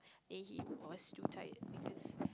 and he was too tired because